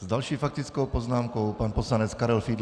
S další faktickou poznámkou pan poslanec Karel Fiedler.